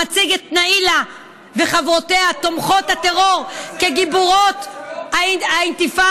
המציג את נאילה וחברותיה תומכות הטרור כגיבורות האינתיפאדה?